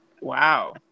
Wow